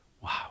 wow